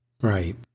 Right